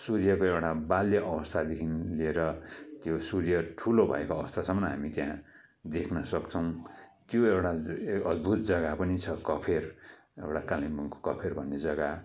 सूर्यको एउटा बाल्य अवस्थादेखि लिएर त्यो सूर्य ठुलो भएको अवस्थासम्म हामी त्यहाँ देख्न सक्छौँ त्यो एउटा अद्भुत जग्गा पनि छ कफेर एउटा कालिम्पोङको कफेर भन्ने जग्गा